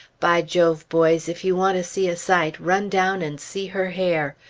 by jove! boys, if you want to see a sight, run down and see her hair!